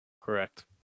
correct